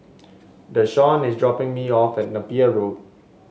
Dashawn is dropping me off at Napier Road